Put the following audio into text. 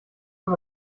man